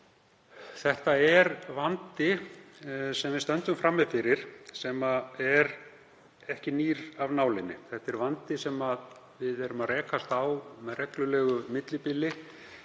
Þetta er vandi sem við stöndum frammi fyrir sem er ekki nýr af nálinni. Þetta er vandi sem við rekumst á með reglulegu millibili,